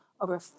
Over